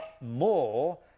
more